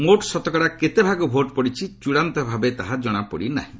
ମୋଟ୍ ଶତକଡ଼ା କେତେ ଭାଗ ଭୋଟ୍ ପଡ଼ିଛି ଚୃଡ଼ାନ୍ତ ଭାବେ ତାହା ଜଣାପଡ଼ି ନାହିଁ